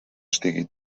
estiga